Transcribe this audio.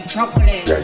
Chocolate